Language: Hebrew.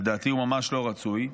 לדעתי הוא ממש לא רצוי.